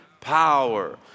power